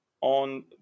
on